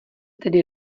tedy